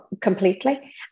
completely